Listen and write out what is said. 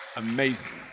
amazing